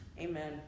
amen